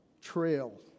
trail